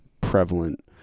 prevalent